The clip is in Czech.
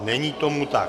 Není tomu tak.